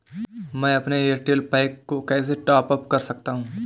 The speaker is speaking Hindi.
मैं अपने एयरटेल पैक को कैसे टॉप अप कर सकता हूँ?